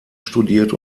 studiert